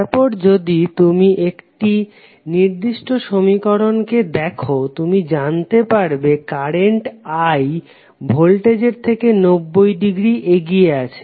তারপর যদি তুমি এই নির্দিষ্ট সমীকরণকে দেখো তুমি জানতে পারবে কারেন্ট I ভোল্টেজের থেকে 90 ডিগ্রী এগিয়ে আছে